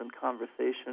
conversation